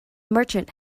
merchant